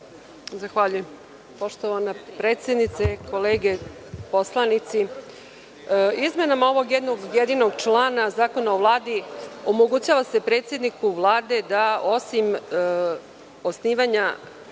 Karavidić** Poštovana predsednice, poslanici, izmenama ovog jednog jedinog člana Zakona o Vladi omogućava se predsedniku Vlade da osim osnivanja